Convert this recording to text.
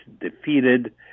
defeated